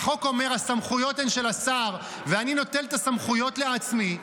החוק אומר שהסמכויות הן של השר ואני נוטל את הסמכויות לעצמי,